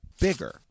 bigger